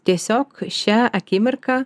tiesiog šią akimirką